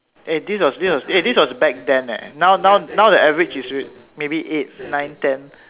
eh this was this was eh this was back then <[leh] now now now the average is maybe eight nine ten